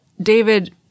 David